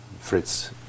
Fritz